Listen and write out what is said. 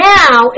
now